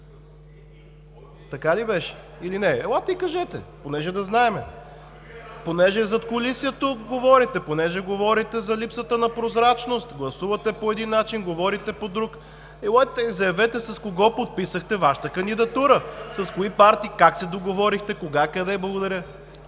Така ли беше, или не е? Елате и кажете, за да знаем. Понеже говорите за задкулисието, понеже говорите за липсата на прозрачност, гласувате по един начин, говорите по друг. Елате, заявете с кого подписахте Вашата кандидатура, с кои партии как се договорихте, кога, къде. Благодаря.